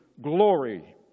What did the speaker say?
glory